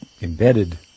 embedded